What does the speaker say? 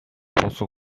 боловсон